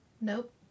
nope